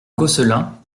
gosselin